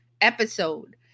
episode